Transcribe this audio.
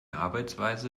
arbeitsweise